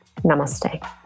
Namaste